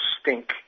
stink